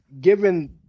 Given